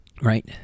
Right